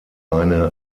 eine